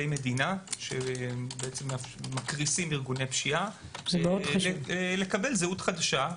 מדינה שמקריסים ארגוני פשיעה לקבל זהות חדשה.